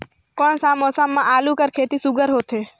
कोन सा मौसम म आलू कर खेती सुघ्घर होथे?